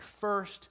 first